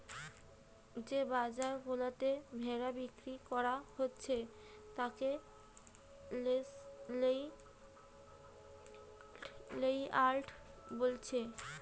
যে বাজার গুলাতে ভেড়া বিক্রি কোরা হচ্ছে তাকে সেলইয়ার্ড বোলছে